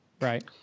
Right